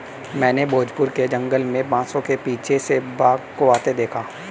मैंने भोजपुर के जंगल में बांसों के पीछे से बाघ आते देखा